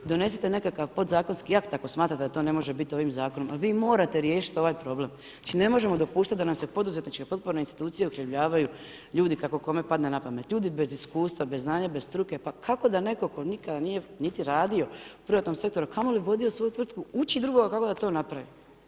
Donesite nekakav podzakonski akt ako smatrate da to ne može biti ovim zakonom, ali vi morate riješit ovaj problem. znači ne možemo dopuštat da nam se poduzetničke potporne institucije uhljebljavaju ljudi kako kome padne napamet, ljudi bez iskustva, bez znanja, bez struke, pa kako da netko tko nikada nije niti radio u privatnom sektoru, a kamoli vodio svoju tvrtku, uči drugoga kako da to napravi?